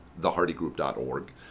thehardygroup.org